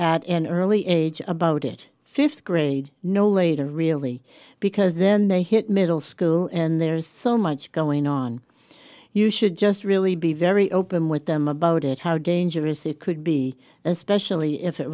at an early age about it fifth grade no later really because then they hit middle school and there's so much going on you should just really be very open with them about it how dangerous it could be especially if it